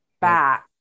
back